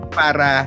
para